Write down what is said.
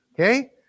Okay